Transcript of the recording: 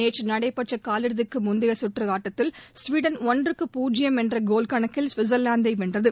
நேற்று நடைபெற்ற காலிறுதிக்கு முந்தைய சுற்று ஆட்டத்தில் சுவீடன் ஒன்றுக்கு பூஜ்ஜியம் என்ற கோல் கணக்கில் சுவிட்சர்லாந்தை வென்றது